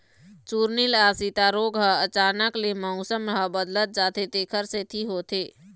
चूर्निल आसिता रोग ह अचानक ले मउसम ह बदलत जाथे तेखर सेती होथे